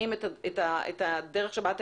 למוקד של המשרד לשוויון חברתי?